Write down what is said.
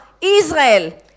Israel